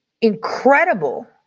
incredible